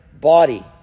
body